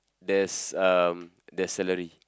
there's um there's salary